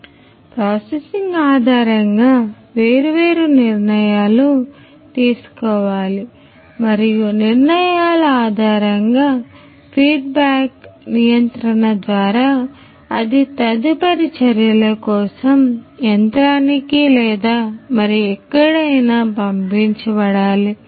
మరియు ప్రాసెసింగ్ ఆధారంగా వేర్వేరు నిర్ణయాలు తీసుకోవాలి మరియు నిర్ణయాల ఆధారంగా ఫీడ్బ్యాక్ నియంత్రణ ద్వారా అది తదుపరి చర్యల కోసం యంత్రానికి లేదా మరి ఎక్కడికైనా పంపించబడాలి